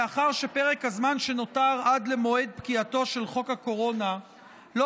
מאחר שפרק הזמן שנותר עד למועד פקיעתו של חוק הקורונה לא